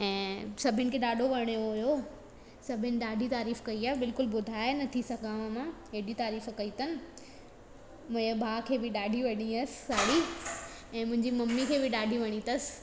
ऐं सभिनि खे ॾाढो वणियो हुयो सभिनि ॾाढी तारीफ़ कई आहे बिल्कुलु ॿुधाय नथी सघां मां एॾी तारीफ़ कई अथन मुंहिंजे भाउ खे बि ॾाढी वणी हुयसि साड़ी ऐं मुंहिंजी मम्मी खे बि ॾाढी वणी अथसि